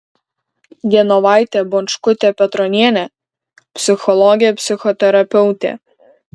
genovaitė bončkutė petronienė psichologė psichoterapeutė